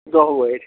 دۄہ وٲرۍ